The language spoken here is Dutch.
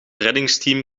reddingsteam